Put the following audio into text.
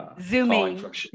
Zooming